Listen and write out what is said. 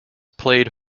played